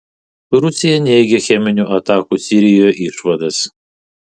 rusija neigia cheminių atakų sirijoje išvadas